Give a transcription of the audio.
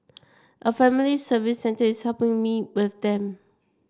a family service centre is helping me with them